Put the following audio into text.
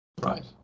Right